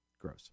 gross